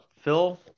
Phil